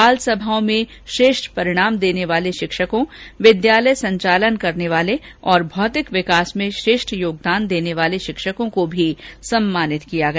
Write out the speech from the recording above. बाल सभाओं में श्रेष्ठ परिणाम देने वाले षिक्षकों विद्यालय संचालन करने वाले और भौतिक विकास में श्रेष्ठ योगदान देने वाले षिक्षकों को भी सम्मानित किया गया